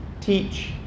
teach